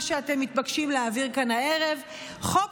מה שאתם מתבקשים להעביר כאן הערב: חוק